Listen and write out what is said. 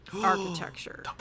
architecture